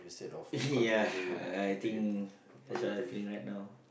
ya I think that's are the feeling right now